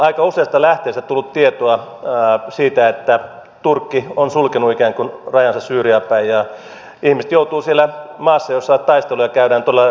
on aika useasta lähteestä tullut tietoa siitä että turkki on ikään kuin sulkenut rajansa syyriaan päin ja ihmiset joutuvat odottamaan siellä maassa jossa taisteluja käydään todella dramaattisesti